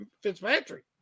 Fitzpatrick